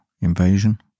invasion